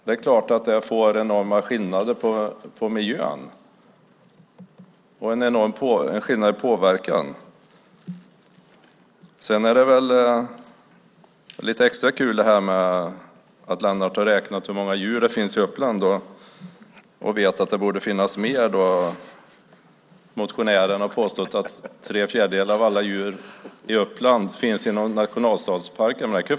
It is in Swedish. Det är klart att det är en enorm skillnad i påverkan på miljön. Det är lite extra kul att Lennart har räknat hur många djur det finns i Uppland och vet att det borde finnas mer. Motionärerna har påstått att tre fjärdedelar av alla djur i Uppland finns inom nationalstadsparken.